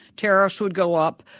tariffs would go up,